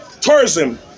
tourism